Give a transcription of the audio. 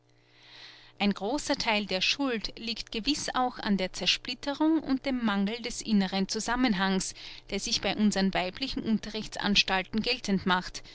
ein großer theil der schuld liegt gewiß auch an der zersplitterung und dem mangel des inneren zusammenhangs der sich bei unsern weiblichen unterrichtsanstalten geltend macht